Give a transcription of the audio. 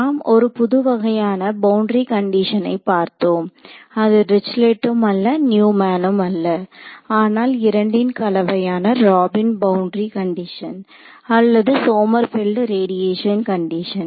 நாம் ஒரு புதுவகையான பவுண்டரி கண்டிஷனை பார்த்தோம் அது டிரிச்லெட்டும் அல்ல நியூமேன்னும் அல்ல ஆனால் இரண்டின் கலவையான ராபின் பவுண்டரி கண்டிஷன் அல்லது சோமர்பெல்ட் ரேடியேஷன் கண்டிஷன்